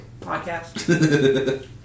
podcast